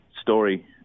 story